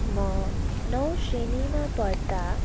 म नौ श्रेणीमा पढ्दा